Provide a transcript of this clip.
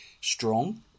strong